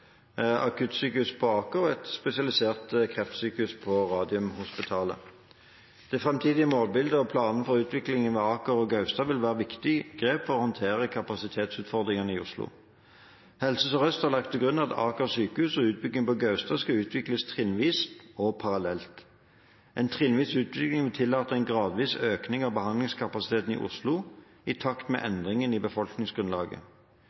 akuttsykehus på Aker og et spesialisert kreftsykehus på Radiumhospitalet. Det framtidige målbildet og planene for utviklingen ved Aker og Gaustad vil være viktige grep for å håndtere kapasitetsutfordringene i Oslo. Helse Sør-Øst har lagt til grunn at Aker sykehus og utbyggingen på Gaustad skal utvikles trinnvis og parallelt. En trinnvis utvikling vil tillate en gradvis økning av behandlingskapasiteten i Oslo, i takt med